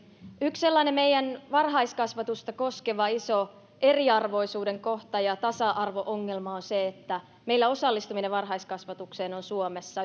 yksi sellainen meidän varhaiskasvatusta koskeva iso eriarvoisuuden kohta ja tasa arvo ongelma on se että suomessa osallistuminen varhaiskasvatukseen on